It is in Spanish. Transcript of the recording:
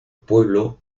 pueblo